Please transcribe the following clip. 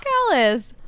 Alice